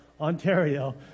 Ontario